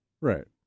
Right